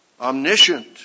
omniscient